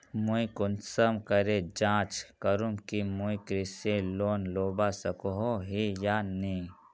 मुई कुंसम करे जाँच करूम की मुई कृषि लोन लुबा सकोहो ही या नी?